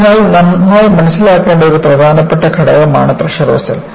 അതിനാൽ നന്നായി മനസിലാക്കേണ്ട വളരെ പ്രധാനപ്പെട്ട ഘടകമാണ് പ്രഷർ വെസൽ